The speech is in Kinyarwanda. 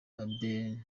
abel